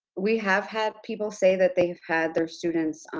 we have had people say that they've had their students